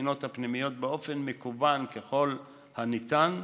הבחינות הפנימיות באופן מקוון ככל הניתן,